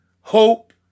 hope